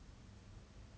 at my age I don't know